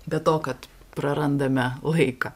be to kad prarandame laiką